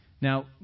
Now